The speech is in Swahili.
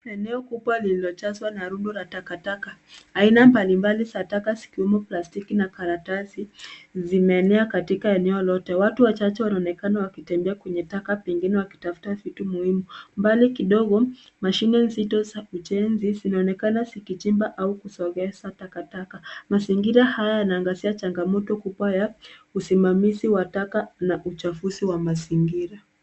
Eneo kubwa lililojazwa na rundo la takataka. Aina mbalimbali za taka zikiwemo plastiki na karatasi zimeenea katika eneo lote. Watu wachache wanaonekana wakitembea kwenye taka pengine wakitafuta vitu muhimu. Mbali kidogo mashine nzito za ujenzi zinaonekana zikichimba au kusogeza takataka. Mazingira haya yanaangazia changamoto kubwa ya usimamizi wa taka na uchafuzi wa mazingira.